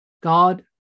god